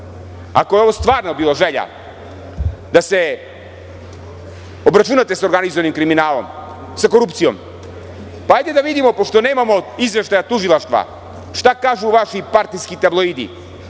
je ovo stvarno bila želja da se obračunate sa organizovanim kriminalom, sa korupcijom, hajde da vidimo pošto nemamo izveštaja tužilaštva šta kažu vaši partijski tabloidi,